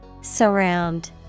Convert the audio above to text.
Surround